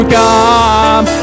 come